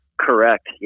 correct